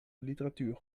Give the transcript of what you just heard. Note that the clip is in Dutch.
literatuur